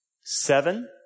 Seven